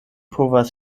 povas